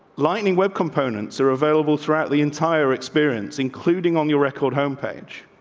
lightning web components are available throughout the entire experience, including on your record home page.